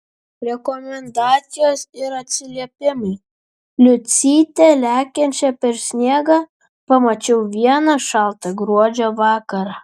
rekomendacijos ir atsiliepimai liucytę lekiančią per sniegą pamačiau vieną šaltą gruodžio vakarą